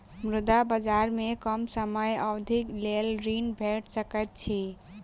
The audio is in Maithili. मुद्रा बजार में कम समय अवधिक लेल ऋण भेट सकैत अछि